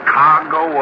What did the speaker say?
cargo